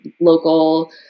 local